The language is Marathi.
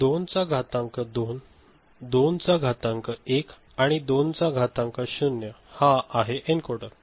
2 चा घातांक 2 2 चा घातांक १ आणि 2 चा घातांक 0 हा आहे एन्कोडर